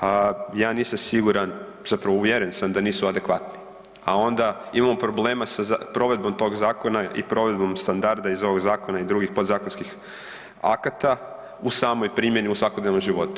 A ja nisam siguran, zapravo uvjeren sam da nisu adekvatni, a onda imamo problema sa provedbom tog zakona i provedbom standarda iz ovog zakona i drugih podzakonskih akata u samoj primjeni u svakodnevnom životu.